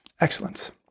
excellence